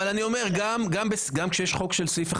גם כשיש חוק של סעיף אחד.